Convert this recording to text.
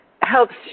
helps